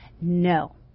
no